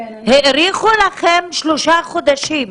האריכו לכם בשלושה חודשים.